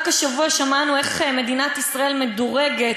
רק השבוע שמענו איך מדינת ישראל מדורגת